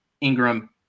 Ingram